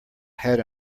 had